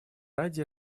ради